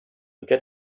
get